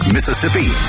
Mississippi